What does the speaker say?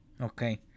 Okay